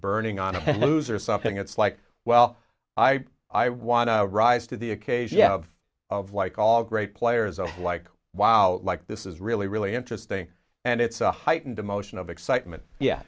burning on a blues or something it's like well i i want to rise to the occasion of like all great players i'm like wow like this is really really interesting and it's a heightened emotion of excitement yeah